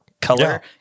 color